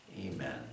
amen